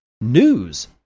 news